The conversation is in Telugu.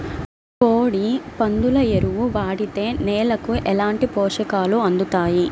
కోడి, పందుల ఎరువు వాడితే నేలకు ఎలాంటి పోషకాలు అందుతాయి